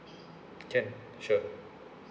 can sure